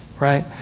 right